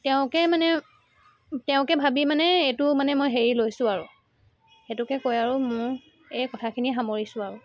তেওঁকে মানে তেওঁকে ভাবি মানে এইটো মানে মই হেৰি লৈছো আৰু সেইটোকে কৈ আৰু মোৰ এই কথাখিনি সামৰিছো আৰু